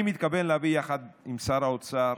אני מתכוון להביא יחד עם שר האוצר